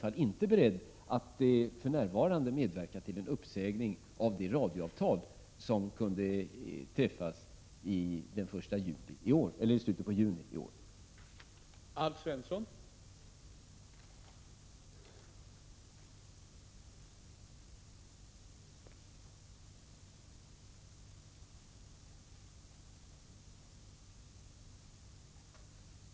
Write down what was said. Jag är inte beredd att för närvarande medverka till en uppsägning av det avtal som skall förnyas i slutet av juni i år. levisionens bevakning av de politiska partiernas verksamhet